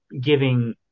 giving